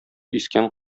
искән